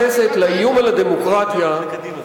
האוניברסיטאות בישראל,